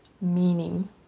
meaning